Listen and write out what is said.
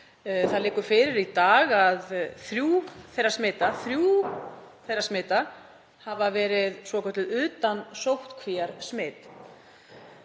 Það liggur fyrir í dag að þrjú þeirra smita hafa verið svokölluð utansóttkvíarsmit.